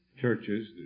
churches